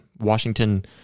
Washington